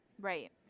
Right